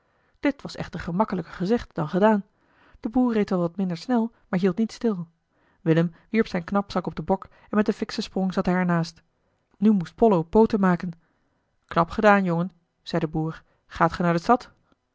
dit was echter gemakkelijker gezegd dan gedaan de boer reed wel wat minder snel maar hield niet stil willem wierp zijn knapzak op den bok en met een fikschen sprong zat hij er naast nu moest pollo pooten maken knap gedaan jongen zei de boer gaat ge naar stad